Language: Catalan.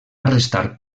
arrestar